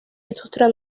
industria